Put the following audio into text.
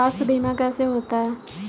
स्वास्थ्य बीमा कैसे होता है?